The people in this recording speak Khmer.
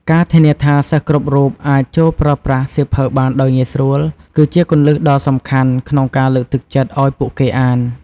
ការធានាថា សិស្សគ្រប់រូបអាចចូលប្រើប្រាស់សៀវភៅបានដោយងាយស្រួល គឺជាគន្លឹះដ៏សំខាន់ក្នុងការលើកទឹកចិត្តឱ្យពួកគេអាន។